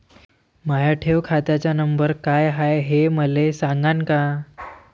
माया ठेव खात्याचा नंबर काय हाय हे मले सांगान का?